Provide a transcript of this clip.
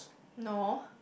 no